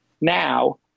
now